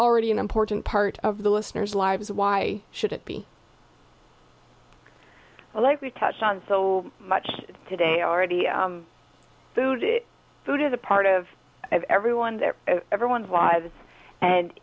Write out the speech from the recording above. already an important part of the listener's lives why should it be like we touched on so much today already food food is a part of everyone's everyone's lives and